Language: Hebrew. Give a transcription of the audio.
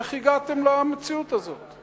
איך הגעתם למציאות הזאת?